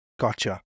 Gotcha